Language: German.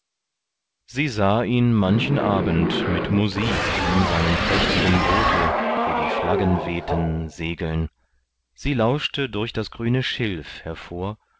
sie sah ihn manchen abend mit musik in seinem prächtigen boote wo die flaggen wehten segeln sie lauschte durch das grüne schilf hervor